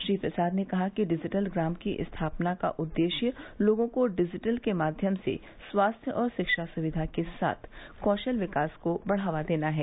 श्री प्रसाद ने कहा कि डिजिटल ग्राम की स्थापना का उद्देश्य लोगों को डिजिटल के माध्यम से स्वास्थ्य और शिक्षा सुविधा के साथ साथ कौशल विकास को बढ़ावा देना है